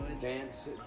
Dance